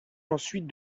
ensuite